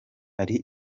hari